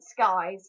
skies